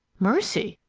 mercy!